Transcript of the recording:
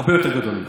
הרבה יותר גדול ממך.